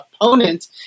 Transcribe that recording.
opponent